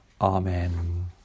Amen